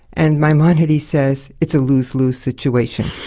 and maimonides says it's a lose-lose situation.